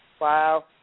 Wow